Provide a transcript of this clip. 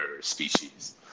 species